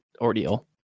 ordeal